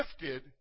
gifted